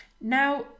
now